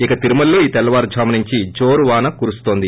ఇక తిరుమలలో ఈ తెల్లవారుజాము నుండి జోరు వాన కురున్తోంది